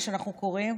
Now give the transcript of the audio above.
מה שאנחנו קוראים,